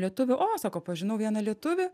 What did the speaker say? lietuvių o sako pažinau vieną lietuvį